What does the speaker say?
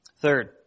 Third